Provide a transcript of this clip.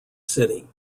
city